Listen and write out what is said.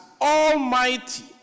almighty